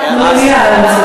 במליאה.